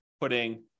putting